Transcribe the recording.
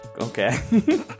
Okay